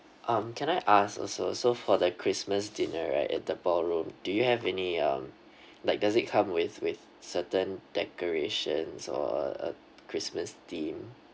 um can I ask also so for the christmas dinner at the ballroom do you have any um like does it come with with certain decorations or a a christmas theme